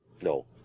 No